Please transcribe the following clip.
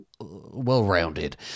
well-rounded